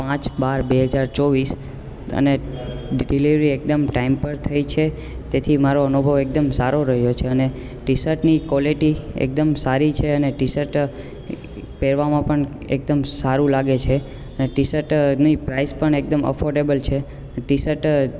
પાંચ બાર બે હજાર ચોવીસ અને ડિલિવરી એકદમ ટાઈમ પર થઈ છે તેથી મારો અનુભવ એકદમ સારો રહ્યો છે અને ટીશર્ટની કોલેટી એકદમ સારી છે અને ટીશર્ટ પહેરવામાં પણ એકદમ સારું લાગે છે અને ટીશર્ટ નહીં પ્રાઈઝ પણ એકદમ અફોડેબલ છે ટીશર્ટ